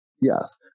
Yes